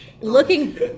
looking